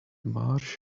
marsh